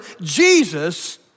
Jesus